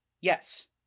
yes